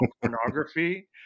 pornography